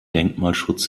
denkmalschutz